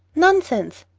nonsense!